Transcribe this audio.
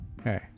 Okay